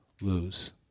lose